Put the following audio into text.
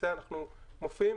קדימה.